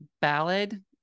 ballad